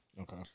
Okay